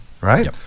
right